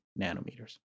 nanometers